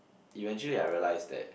eventually I realised that